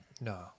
no